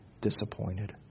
disappointed